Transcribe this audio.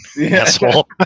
asshole